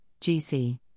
gc